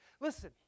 Listen